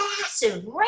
massive